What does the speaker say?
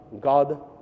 God